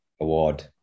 award